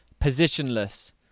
positionless